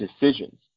decisions